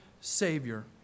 Savior